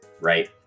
Right